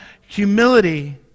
humility